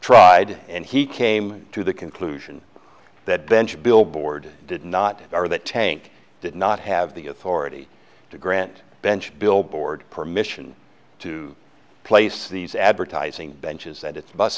tried and he came to the conclusion that bench billboard did not or that tank did not have the authority to grant bench billboard permission to place these advertising benches that its bus